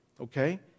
okay